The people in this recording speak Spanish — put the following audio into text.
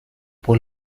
por